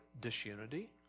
disunity